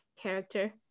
character